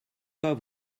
pas